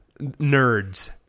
Nerds